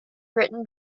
written